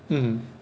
mm